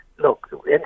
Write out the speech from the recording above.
Look